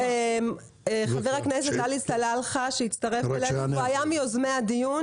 חבר הכנסת עלי סלאלחה שהצטרף אלינו והיה מיוזמי הדיון,